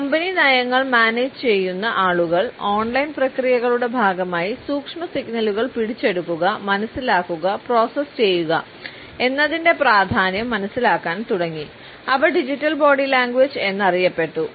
company നയങ്ങൾ മാനേജുചെയ്യുന്ന ആളുകൾ ഓൺലൈൻ പ്രക്രിയകളുടെ ഭാഗമായ "സൂക്ഷ്മ സിഗ്നലുകൾ പിടിച്ചെടുക്കുക മനസിലാക്കുക പ്രോസസ്സ് ചെയ്യുക" എന്നതിന്റെ പ്രാധാന്യം മനസ്സിലാക്കാൻ തുടങ്ങി അവ ഡിജിറ്റൽ ബോഡി ലാംഗ്വേജ് എന്നറിയപ്പെട്ടു